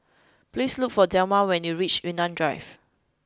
please look for Delma when you reach Yunnan Drive